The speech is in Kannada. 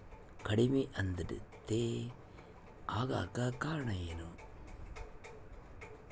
ಕಡಿಮೆ ಆಂದ್ರತೆ ಆಗಕ ಕಾರಣ ಏನು?